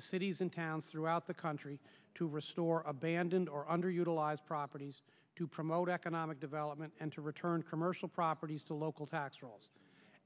to cities and towns throughout the country to restore abandoned or underutilized properties to promote economic development and to return commercial properties to local tax rolls